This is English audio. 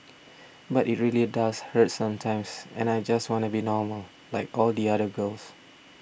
but it really does hurt sometimes and I just wanna be normal like all the other girls